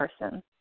person